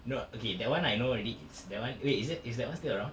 no okay that [one] I know already it's that [one] wait is that is that [one] still around